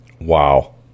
Wow